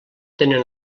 tenen